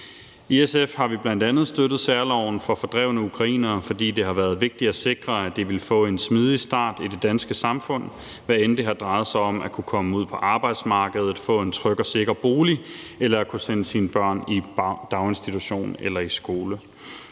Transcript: I SF har vi bl.a. støttet særloven for fordrevne ukrainere, fordi det har været vigtigt at sikre, at de ville få en smidig start i det danske samfund, hvad end det har drejet sig om at kunne komme ud på arbejdsmarkedet, få en tryg og sikker bolig eller kunne sende sine børn i daginstitution eller i skole.